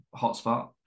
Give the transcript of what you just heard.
hotspot